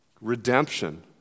Redemption